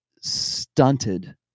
stunted